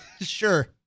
sure